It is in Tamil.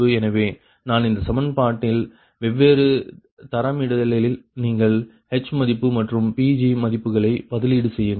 எனவே நான் இந்த சமன்பாட்டில் வெவ்வேறு தரமிடலில் நீங்கள் H மதிப்பு மற்றும் Pg மதிப்புகளை பதிலீடு செய்யுங்கள்